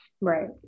Right